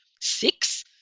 six